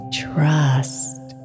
trust